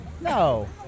No